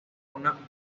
una